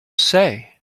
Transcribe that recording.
say